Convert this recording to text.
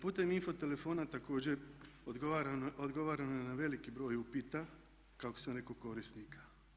Putem info telefona također odgovarano je na veliki broj upita kako sam rekao korisnika.